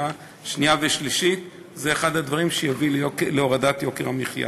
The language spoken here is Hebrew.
זה אחד הדברים שיביאו להורדת יוקר המחיה.